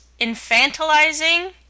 infantilizing